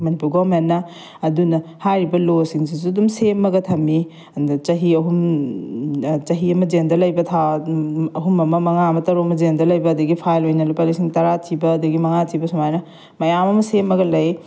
ꯃꯅꯤꯄꯨꯔ ꯒꯣꯕꯔꯟꯃꯦꯟꯅ ꯑꯗꯨꯅ ꯍꯥꯏꯔꯤꯕ ꯂꯣ ꯁꯤꯡꯁꯤꯁꯨ ꯑꯗꯨꯝ ꯁꯦꯝꯃꯒ ꯊꯝꯃꯤ ꯑꯗ ꯆꯍꯤ ꯑꯍꯨꯝ ꯆꯍꯤ ꯑꯃ ꯖꯦꯜꯗ ꯂꯩꯕ ꯊꯥ ꯑꯍꯨꯝ ꯑꯃ ꯃꯉꯥ ꯑꯃ ꯇꯔꯨꯛ ꯑꯃ ꯖꯦꯜꯗ ꯂꯩꯕ ꯑꯗꯒꯤ ꯐꯥꯏꯟ ꯑꯣꯏꯅ ꯂꯤꯁꯤꯡ ꯇꯔꯥ ꯊꯤꯕ ꯑꯗꯒꯤ ꯃꯉꯥ ꯊꯤꯕ ꯁꯨꯃꯥꯏꯅ ꯃꯌꯥꯝ ꯑꯃ ꯁꯦꯝꯃꯒ ꯂꯩ